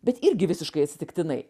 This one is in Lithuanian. bet irgi visiškai atsitiktinai